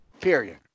period